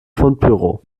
fundbüro